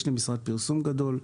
יש לי משרד פרסום גדול,